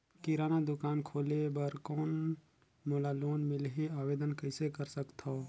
किराना दुकान खोले बर कौन मोला लोन मिलही? आवेदन कइसे कर सकथव?